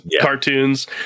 cartoons